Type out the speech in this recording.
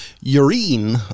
urine